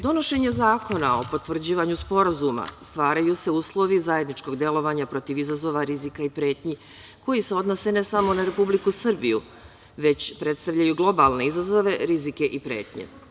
Donošenjem zakona o potvrđivanju sporazuma stvaraju se uslovi zajedničkog delovanja protiv izazova, rizika i pretnji koji se odnose ne samo na Republiku Srbiju već predstavljaju globalne izazove, rizike i pretnje.